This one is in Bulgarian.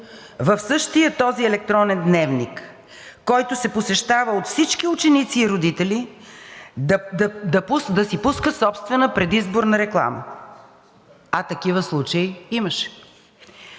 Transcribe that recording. в същия този електронен дневник, който се посещава от всички ученици и родители, да си пуска собствена предизборна реклама. А такива случаи имаше.